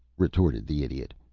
retorted the idiot.